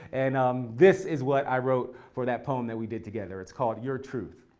and um this is what i wrote for that poem that we did together. it's called your truth.